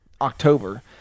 october